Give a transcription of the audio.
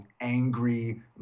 angry